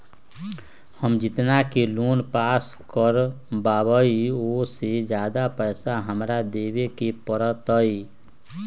हम जितना के लोन पास कर बाबई ओ से ज्यादा पैसा हमरा देवे के पड़तई?